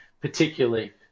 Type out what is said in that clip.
particularly